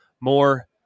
more